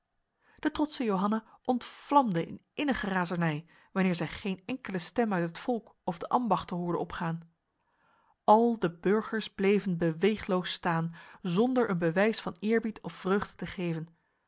de trotse johanna ontvlamde in innige razernij wanneer zij geen enkele stem uit het volk of de ambachten hoorde opgaan al de burgers bleven beweegloos staan zonder een bewijs van eerbied of vreugde te geven